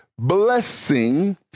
Blessing